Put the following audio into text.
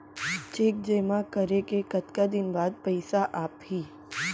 Cheque जेमा करें के कतका दिन बाद पइसा आप ही?